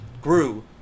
grew